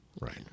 right